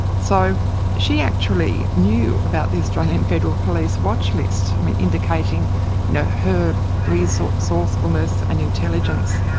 so she actually knew about the australian federal police watch list, i mean indicating you know her resourcefulness and intelligence,